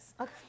Okay